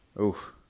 Oof